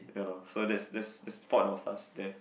ya loh so that's that's that's fault in our stars there